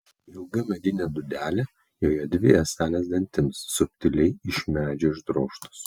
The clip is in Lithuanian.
ilga medinė dūdelė joje dvi ąselės dantims subtiliai iš medžio išdrožtos